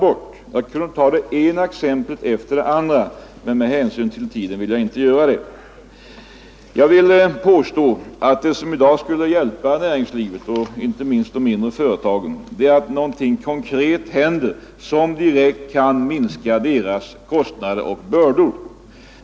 Jag skulle kunna ta det ena exemplet efter det andra, men med hänsyn till tiden vill jag inte göra det. Jag vill påstå att det som i dag skulle hjälpa näringslivet och inte minst de mindre företagen är att något konkret händer, som direkt kan minska deras kostnader och bördor.